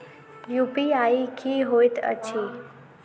UPI की होइत अछि